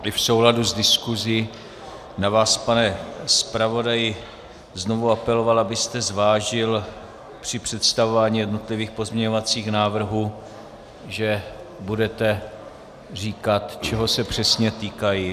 I v souladu s diskusí bych na vás, pane zpravodaji, znovu apeloval, abyste zvážil při představování jednotlivých pozměňovacích návrhů, že budete říkat, čeho se přesně týkají.